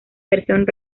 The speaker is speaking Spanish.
versión